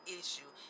issue